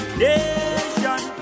nation